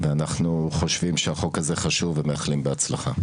ואנחנו חושבים שהחוק הזה חשוב ומאחלים בהצלחה.